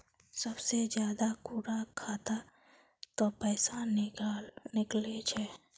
सबसे ज्यादा कुंडा खाता त पैसा निकले छे?